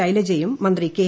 ശൈലജയും മന്ത്രി കെ